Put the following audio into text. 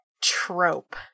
trope